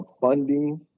funding